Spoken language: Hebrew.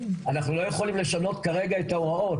אנחנו לא יכולים לשנות כרגע את ההוראות,